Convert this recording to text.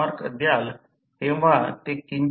तर R 1 हा 1